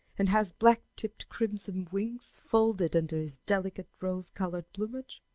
and has black-tipped crimson wings folded under his delicate rose-colored plumage?